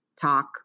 talk